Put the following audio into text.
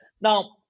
Now